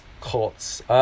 Colts